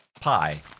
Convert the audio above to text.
Pi